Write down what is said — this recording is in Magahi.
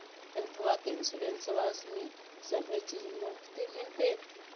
हेल्थबा के इंसोरेंसबा में सभे चीज मुफ्त मिलते?